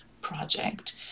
project